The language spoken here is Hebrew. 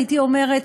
הייתי אומרת,